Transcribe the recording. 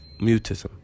mutism